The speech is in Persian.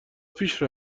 پیش